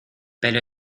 pero